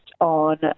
on